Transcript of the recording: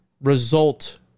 result